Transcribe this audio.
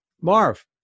Marv